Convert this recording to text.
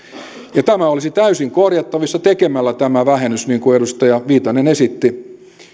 ja tämä olisi täysin korjattavissa tekemällä tämä vähennys niin kuin edustaja viitanen esitti